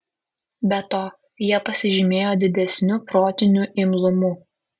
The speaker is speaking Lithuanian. be to jie pasižymėjo didesniu protiniu imlumu